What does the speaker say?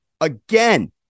again